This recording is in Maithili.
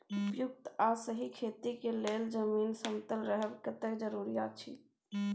उपयुक्त आ सही खेती के लेल जमीन समतल रहब कतेक जरूरी अछि?